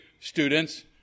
students